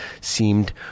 seemed